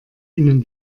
ihnen